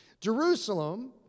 Jerusalem